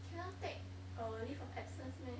cannot take uh leave of absence meh